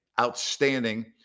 Outstanding